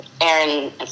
Aaron